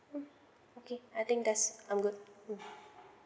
um okay I think there's I'm good mm